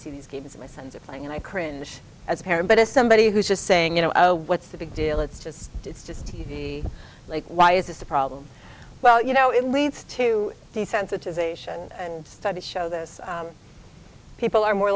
see these games my sons are playing and i cringe as a parent but as somebody who's just saying you know what's the big deal it's just it's just t v like why is this a problem well you know it leads to desensitisation and studies show this people are more